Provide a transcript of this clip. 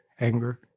anger